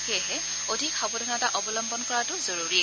সেয়েহে অধিক সাৱধানতা অৱলম্বন কৰাটো জৰুৰী